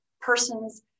persons